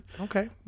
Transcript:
okay